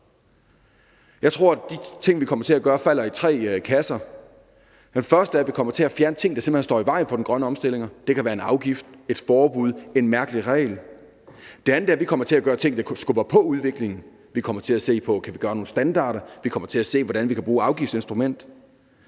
Jeg tror, at de ting, vi kommer til at gøre, falder i tre kasser. Det første er, at vi kommer til at fjerne ting, der simpelt hen står i vejen for den grønne omstilling. Det kan være en afgift, et forbud, en mærkelig regel. Det andet er, at vi kommer til at gøre ting, der skubber på udviklingen. Vi kommer til at se på, om vi kan lave nogle standarder. Vi kommer til at se på, hvordan vi kan bruge afgiftsinstrumentet.